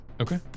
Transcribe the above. Okay